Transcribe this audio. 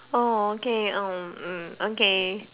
oh okay um hmm okay